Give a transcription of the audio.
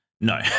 No